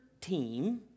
team